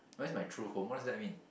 where is my true home what does that mean